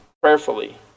prayerfully